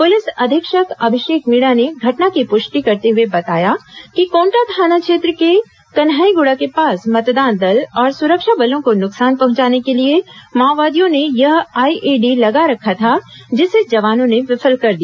police अधीक्षक अभिषेक मीणा ने घटना की पुष्टि करते हुए बताया कि कोटा थाना क्षेत्र के कन्हाइगुड़ा के पास मतदान दल और सुरक्षाबलों को नुकसान पहुंचाने के लिए माओवादियों ने यह आईईडी लगा रखा था जिसे जवानों ने विफल कर दिया